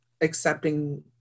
accepting